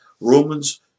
Romans